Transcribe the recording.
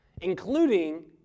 including